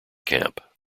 camp